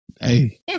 Hey